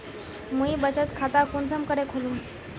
मुई बचत खता कुंसम करे खोलुम?